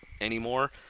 anymore